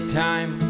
time